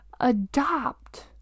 adopt